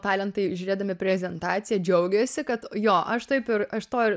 talentai žiūrėdami prezentaciją džiaugėsi kad jo aš taip ir aš to ir